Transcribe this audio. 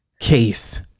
case